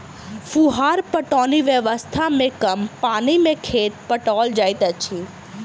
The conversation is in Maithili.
फुहार पटौनी व्यवस्था मे कम पानि मे खेत पटाओल जाइत अछि